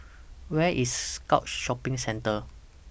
Where IS Scotts Shopping Centre